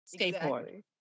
skateboard